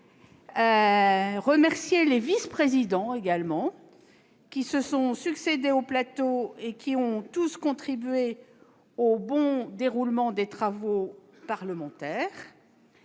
remercier les vice-présidents qui se sont succédé au plateau : ils ont tous contribué au bon déroulement des travaux parlementaires.